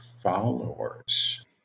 followers